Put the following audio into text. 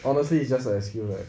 honestly it's just an excuse [what]